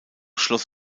schloss